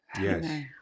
yes